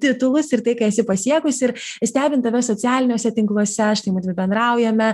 titulus ir tai ką esi pasiekusi ir stebint tave socialiniuose tinkluose štai mudvi bendraujame